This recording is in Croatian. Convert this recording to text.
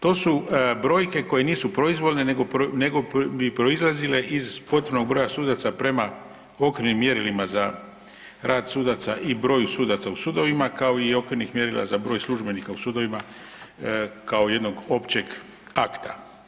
To su brojke koje nisu proizvoljne nego bi proizlazile iz potrebnog broja sudaca prema okvirnim mjerilima za rad sudaca i broju sudaca u sudovima kao i okvirnih mjerila za broj službenika u sudovima kao jednog općeg akta.